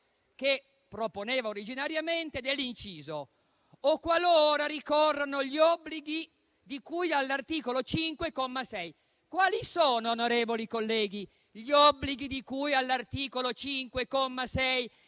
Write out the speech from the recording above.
che proponeva originariamente, dell'inciso: «,o qualora ricorrano gli obblighi di cui all'articolo 5, comma 6». Quali sono, onorevoli colleghi, gli obblighi di cui all'articolo 5,